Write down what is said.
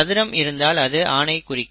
சதுரம் இருந்தால் அது ஆணைக் குறிக்கும்